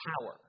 power